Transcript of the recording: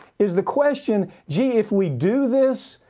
is the question, gee, if we do this,